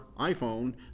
iPhone